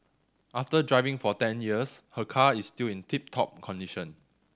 after driving for ten years her car is still in tip top condition